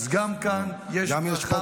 אז גם כאן -- גם יש לך בשורה.